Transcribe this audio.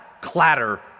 clatter